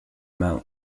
mount